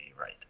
right